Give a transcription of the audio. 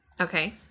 Okay